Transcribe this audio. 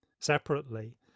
separately